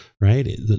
right